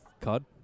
COD